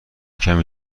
کمی